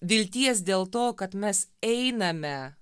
vilties dėl to kad mes einame